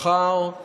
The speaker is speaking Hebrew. מחר,